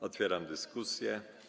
Otwieram dyskusję.